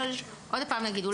עוד פעם אני אגיד,